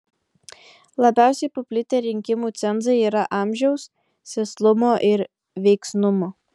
labiausiai paplitę rinkimų cenzai yra amžiaus sėslumo ir veiksnumo